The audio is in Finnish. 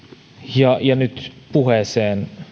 ja ja nyt puheeseen